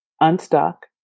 unstuck